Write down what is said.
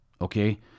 Okay